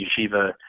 yeshiva